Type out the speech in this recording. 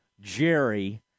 Jerry